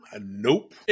Nope